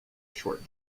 short